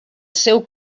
seu